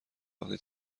وقتی